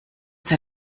sei